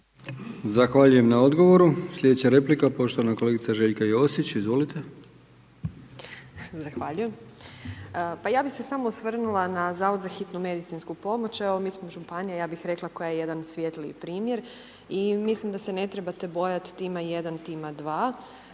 Zahvaljujem na odgovoru. Slijedeća replika poštovana kolegica Željka Josić, izvolite. **Josić, Željka (HDZ)** Zahvaljujem. Pa ja bi se smo osvrnula na zavod za hitnu medicinsku pomoć, evo mi smo županija, ja bi rekla koja je jedan svjetliji primjer i mislim da se ne trebate bojati, tima 1, tima 2.